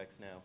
now